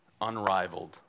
unrivaled